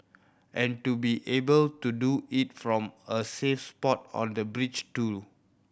and to be able to do it from a safe spot on a bridge too